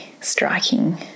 striking